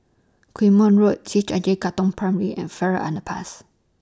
Quemoy Road C H I J Katong Primary and Farrer Underpass